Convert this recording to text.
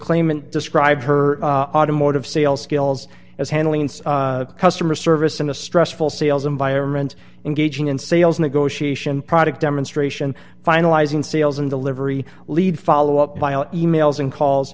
claimant describes her automotive sales skills as handling customer service in a stressful sales environment engaging in sales negotiation product demonstration finalizing sales and delivery lead follow up by emails and calls